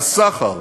הסחר,